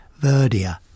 Verdia